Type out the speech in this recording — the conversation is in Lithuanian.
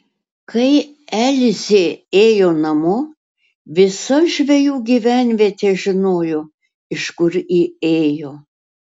kai elzė ėjo namo visa žvejų gyvenvietė žinojo iš kur ji ėjo